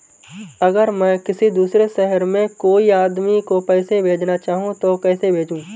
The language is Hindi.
अगर मैं किसी दूसरे शहर में कोई आदमी को पैसे भेजना चाहूँ तो कैसे भेजूँ?